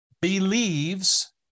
believes